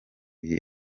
gihe